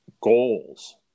goals